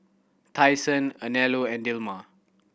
Tai Sun Anello and Dilmah